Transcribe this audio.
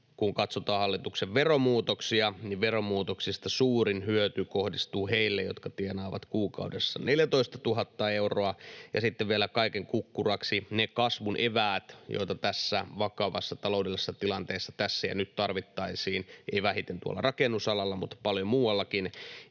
Kun katsotaan hallituksen veromuutoksia, niin veromuutoksista suurin hyöty kohdistuu heille, jotka tienaavat kuukaudessa 14 000 euroa. Ja sitten vielä kaiken kukkuraksi ne kasvun eväät, joita tässä vakavassa taloudellisessa tilanteessa tässä ja nyt tarvittaisiin, ei vähiten rakennusalalla, mutta paljon muuallakin,